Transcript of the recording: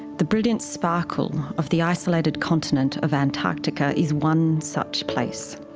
the brilliant sparkle of the isolated continent of antarctica is one such place.